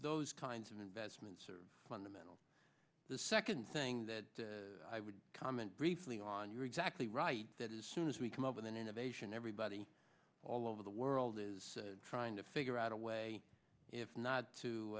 those kinds of investments are fundamental the second thing that i would comment briefly on you're exactly right that is soon as we come up with an innovation everybody all over the world is trying to figure out a way if not to